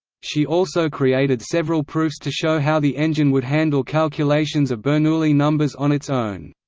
she also created several proofs to show how the engine would handle calculations of bernoulli numbers on its own.